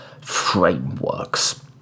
frameworks